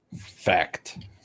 Fact